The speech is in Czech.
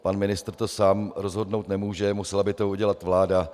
Pan ministr to sám rozhodnout nemůže, musela by to udělat vláda.